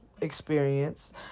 experience